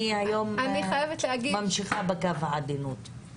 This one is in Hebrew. אני היום ממשיכה בקו העדינות.